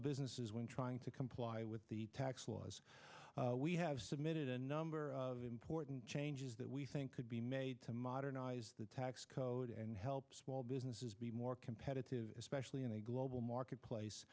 businesses when trying to comply with the tax laws we have submitted a number of important changes that we think could be made to modernize the tax code and help small businesses be more competitive especially in a global marketplace